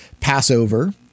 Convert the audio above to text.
Passover